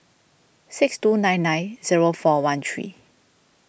six two nine nine zero four one three